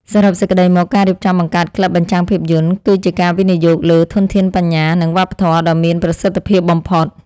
សរុបសេចក្ដីមក ការរៀបចំបង្កើតក្លឹបបញ្ចាំងភាពយន្ត គឺជាការវិនិយោគលើ ធនធានបញ្ញា និងវប្បធម៌ ដ៏មានប្រសិទ្ធភាពបំផុត។